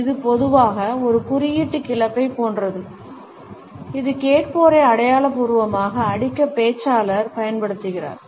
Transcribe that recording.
இது பொதுவாக ஒரு குறியீட்டு கிளப்பைப் போன்றது இது கேட்போரை அடையாளப்பூர்வமாக அடிக்க பேச்சாளர் பயன்படுத்துகிறார்